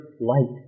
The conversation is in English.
light